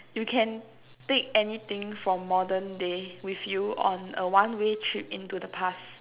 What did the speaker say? you can take anything from modern day with you on a one way trip into the past